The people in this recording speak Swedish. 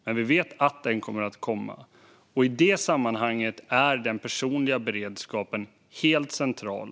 Men vi vet att den kommer att komma, och i det sammanhanget är den personliga beredskapen helt central.